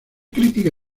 crítica